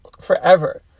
forever